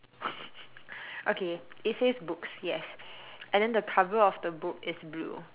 okay it says books yes and then the cover of the book is blue